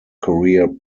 career